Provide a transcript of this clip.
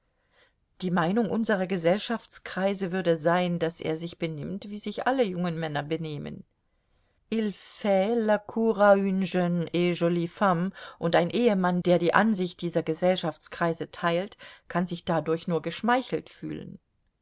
die meinung unserer gesellschaftskreise würde sein daß er sich benimmt wie sich alle jungen männer benehmen il fait la cour une jeune et jolie femme und ein ehemann der die ansicht dieser gesellschaftskreise teilt kann sich dadurch nur geschmeichelt fühlen